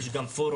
הקיים.